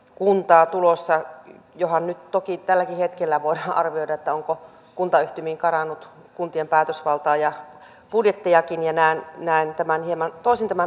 lopuksi totean että valiokunta aivan aiheellisesti kiinnittää huomiota siihen että alemmanasteisesta tieverkosta on pidettävä huolta jotta koko maa säilyy asuttuna